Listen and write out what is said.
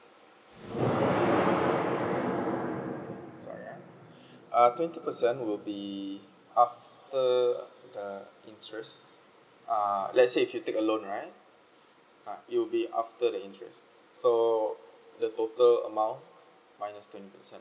okay sorry ah uh twenty percent will be after the interest uh let's say if you take a loan right uh you'll be after the interest so the total amount minus twenty percent